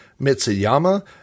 Mitsuyama